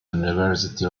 university